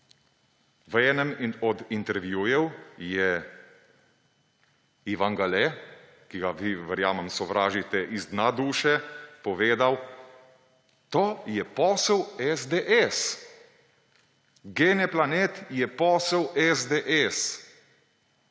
V enem od intervjujev je Ivan Gale, ki ga vi, verjamem, sovražite iz dna duše, povedal: »To je posel SDS. GenePlanet je posel SDS.«